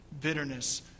bitterness